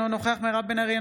אינו נוכח מירב בן ארי,